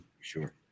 Sure